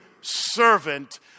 servant